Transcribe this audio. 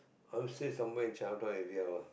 I stay somewhere in Chinatown area lah